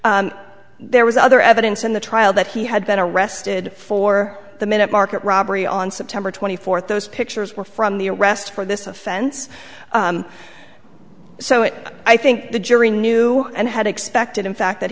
there was other evidence in the trial that he had been arrested for the minute market robbery on september twenty fourth those pictures were from the arrest for this offense so i think the jury knew and had expected in fact that